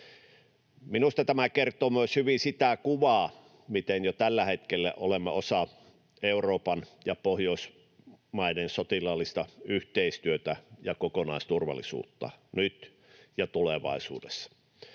Minusta tämä kertoo myös hyvin sitä kuvaa, miten jo tällä hetkellä olemme osa Euroopan ja Pohjoismaiden sotilaallista yhteistyötä ja kokonaisturvallisuutta nyt ja tulevaisuudessa.